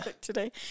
today